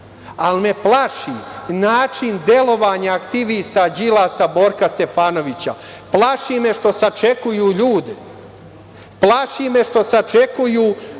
ali me plaši način delovanja aktivista Đilasa i Borka Stefanovića. Plaši me što sačekuju ljude. Plaši me što sačekuju